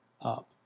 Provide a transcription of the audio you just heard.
up